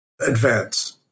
advance